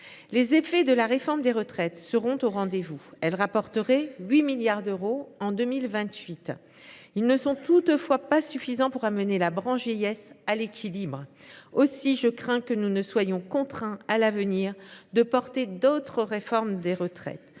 Les effets de la réforme des retraites seront au rendez vous, puisque celle ci rapporterait 8 milliards d’euros en 2028. Ils ne seront toutefois pas suffisants pour ramener la branche vieillesse à l’équilibre. Aussi, je crains que nous ne soyons contraints, à l’avenir, de porter d’autres réformes des retraites.